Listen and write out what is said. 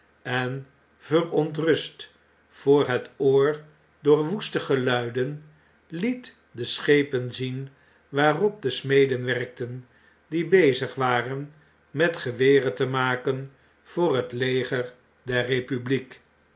enverontrust voor het oor door woeste geluiden het de schepen zien waarop de smeden werkten die bezig waren met geweren te maken voor het leger der republiek